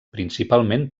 principalment